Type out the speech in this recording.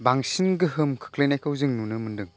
बांसिन गोहोम खौख्लैनायखौ जों नुनो मोनदों